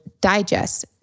digest